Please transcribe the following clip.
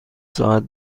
ساعت